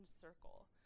circle